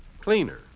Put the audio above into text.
cleaner